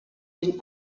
den